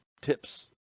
tips